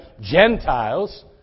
Gentiles